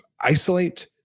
isolate